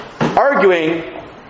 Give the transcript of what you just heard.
arguing